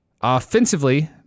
Offensively